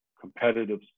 competitive